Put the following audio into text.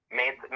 made